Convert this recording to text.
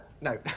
No